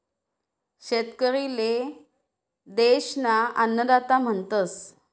शेतकरी ले देश ना अन्नदाता म्हणतस